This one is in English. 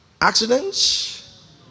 accidents